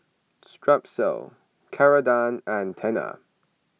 Strepsils Ceradan and Tena